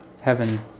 heaven